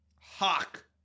Hawk